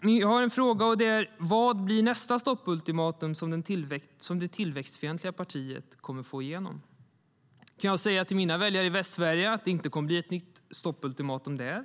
Jag har en fråga: Vad blir nästa stoppultimatum som det tillväxtfientliga partiet kommer att få igenom? Kan jag säga till mina väljare i Västsverige att det inte kommer att bli ett nytt stoppultimatum även där?